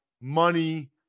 money